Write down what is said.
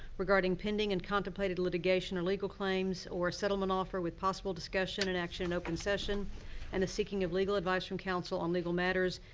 regarding pending and contemplated litigation or legal claims or a settlement offer with possible discussion and action in open session and the seeking of legal advice from counsel on legal matters,